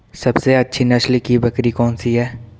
सबसे अच्छी नस्ल की बकरी कौन सी है?